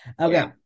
Okay